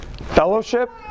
fellowship